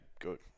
good